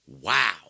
wow